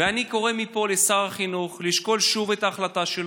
ואני קורא מפה לשר החינוך לשקול שוב את ההחלטה שלו,